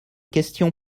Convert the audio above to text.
questions